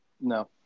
No